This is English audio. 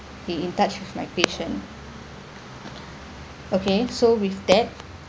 be in touch with my patient okay so with that